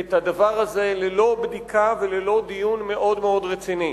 את הדבר הזה ללא בדיקה וללא דיון רציני.